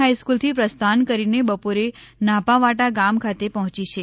હાઇસ્કુલથી પ્રસ્થાન કરીને બપોરે નાપા વાંટા ગામ ખાતે પહોચી છે